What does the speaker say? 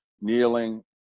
kneeling